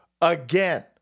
again